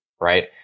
right